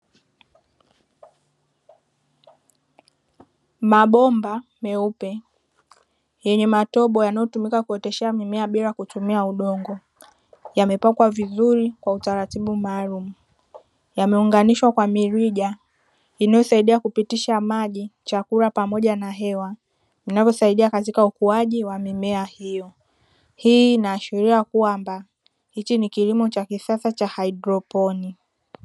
Mabomba meupe yenye matobo yanayotumika kuoteshea mimea bila kutumia udongo, yamepakwa vizuri kwa utaratibu maalumu. Yameunganishwa kwa mirija inayosaidia kupitisha maji, chakula pamoja na hewa, inayosaidia katika ukuaji wa mimea hiyo; hii inaashiria kwamba hichi ni kilimo cha kisasa cha haidroponi.